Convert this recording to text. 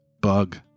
bug